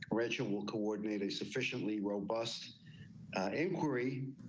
rachel will coordinate a sufficiently robust inquiry.